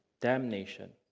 damnation